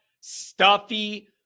stuffy